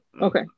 Okay